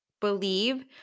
believe